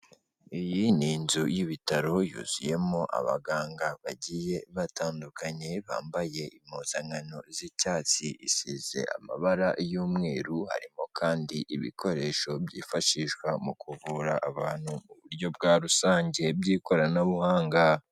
Iyi ni inzu y'ibitaro, yuzuyemo abaganga bagiye batandukanye bambaye impuzankano z'icyatsi isize amabara y'umweru, harimo kandi ibikoresho byifashishwa mu kuvura abantu mu buryo bwa rusange bw'ikoranabuhanga.